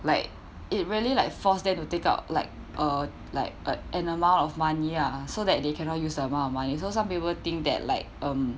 like it really like force them to take out like uh like like an amount of money ah so that they cannot use the amount of money so some people think that like um